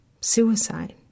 suicide